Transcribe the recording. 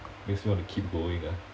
makes me want to keep going ah